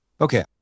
Okay